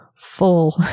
full